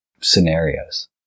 scenarios